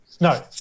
No